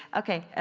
okay,